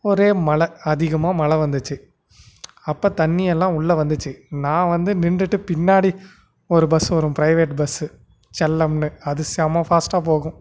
ஒரே மழை அதிகமாக மழை வந்துச்சு அப்போ தண்ணியெல்லாம் உள்ளே வந்துச்சு நான் வந்து நின்றுட்டு பின்னாடி ஒரு பஸ்ஸு வரும் ப்ரைவேட் பஸ்ஸு செல்லம்னு அது செம்மை ஃபாஸ்டாக போகும்